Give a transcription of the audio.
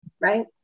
right